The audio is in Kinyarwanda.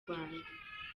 rwanda